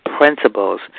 principles